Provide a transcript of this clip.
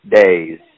days